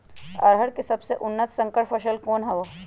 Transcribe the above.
अरहर के सबसे उन्नत संकर फसल कौन हव?